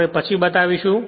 આપણે પછી બતાવીશુ